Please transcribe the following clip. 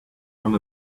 from